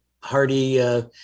hardy